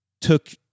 took